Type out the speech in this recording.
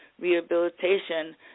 rehabilitation